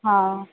हा